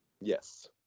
Yes